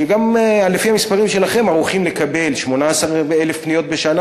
שגם לפי המספרים שלכם ערוכים לקבל 18,000 פניות בשנה